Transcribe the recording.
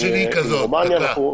עם רומניה,